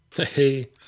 Hey